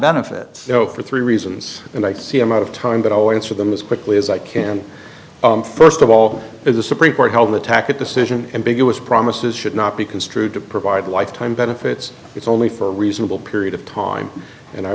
benefits you know for three reasons and i see i'm out of time but always for them as quickly as i can first of all is the supreme court held an attack at decision ambiguous promises should not be construed to provide lifetime benefits it's only for a reasonable period of time and i